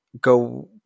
go